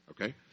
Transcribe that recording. Okay